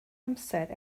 amser